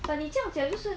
but 你这样讲就是